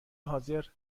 حاضر